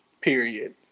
Period